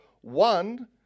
one